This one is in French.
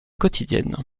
quotidiennes